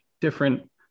different